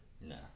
No